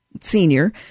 senior